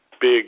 big